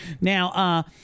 now